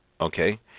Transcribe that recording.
Okay